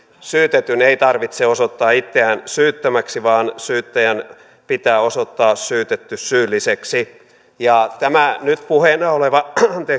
syytetyn ei tarvitse osoittaa itseään syyttömäksi vaan syyttäjän pitää osoittaa syytetty syylliseksi tämä nyt puheena oleva